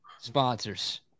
sponsors